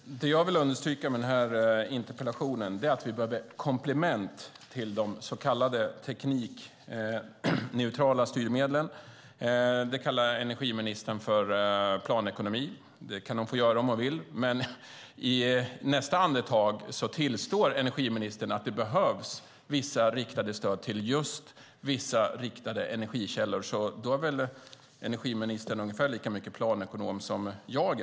Fru talman! Det jag vill understryka med den här interpellationen är att vi behöver komplement till de så kallade teknikneutrala styrmedlen. Det kallar energiministern för planekonomi, och det kan hon få göra om hon vill. Men i nästa andetag tillstår energiministern att det behövs riktade stöd till vissa energikällor. Då är väl energiministern ungefär lika mycket planekonom som jag.